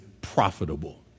profitable